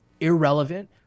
irrelevant